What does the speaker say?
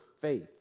faith